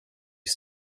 you